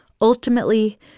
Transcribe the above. Ultimately